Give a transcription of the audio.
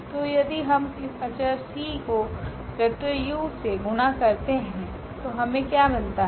तो यदि हम इस अचर c को वेक्टर u से गुणा करते है तो हमे क्या मिलता हैं